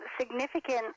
significant